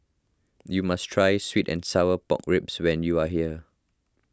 you must try Sweet and Sour Pork Ribs when you are here